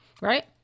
right